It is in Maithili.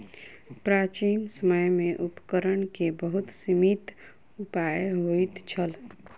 प्राचीन समय में उपकरण के बहुत सीमित उपाय होइत छल